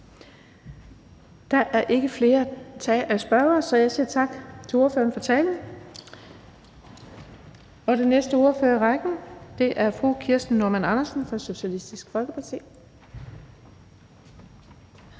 Der er ikke flere spørgere, så jeg siger tak til ordføreren for talen. Den næste ordfører i rækken er fru Kirsten Normann Andersen fra Socialistisk Folkeparti.